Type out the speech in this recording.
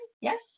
Yes